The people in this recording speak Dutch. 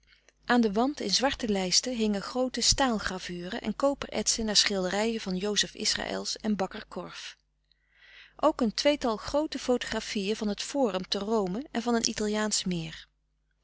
aan den wand in zwarte lijsten hingen groote staalgravuren en koperetsen naar schilderijen van jozef israëls en bakker korf ook een tweetal groote fotografiën van het forum te rome en van een italiaansch meer